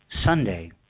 Sunday